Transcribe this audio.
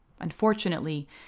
Unfortunately